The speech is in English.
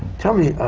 tell me,